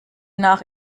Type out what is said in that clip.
nach